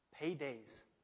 paydays